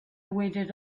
waited